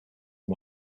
one